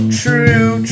true